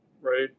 right